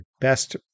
best